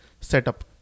setup